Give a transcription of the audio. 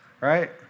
right